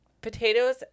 potatoes